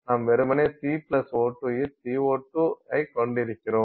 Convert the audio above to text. நாம் வெறுமனே C O2 CO2 ஐக் கொண்டிருக்கிறோம்